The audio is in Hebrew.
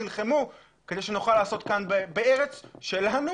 נלחמו כדי שנוכל לעשות כאן בארץ שלנו,